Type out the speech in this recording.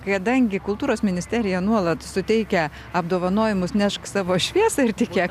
kadangi kultūros ministerija nuolat suteikia apdovanojimus nešk savo šviesą ir tikėk